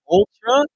Ultra